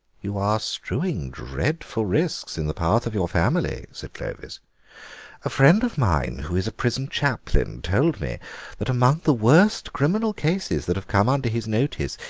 you are strewing dreadful risks in the path of your family, said clovis a friend of mine who is a prison chaplain told me that among the worst criminal cases that have come under his notice,